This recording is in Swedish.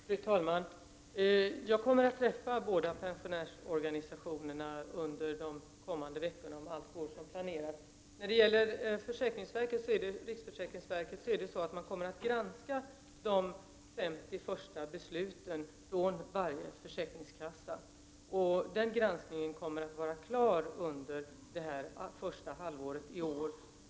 Fru talman! Jag kommer att träffa de båda pensionärsorganisationerna under de kommande veckorna, om allt går som planerat. När det gäller riksförsäkringsverket kommer man att granska de 50 första besluten från varje försäkringskassa. Granskningen kommer att bli klar under första halvåret i år.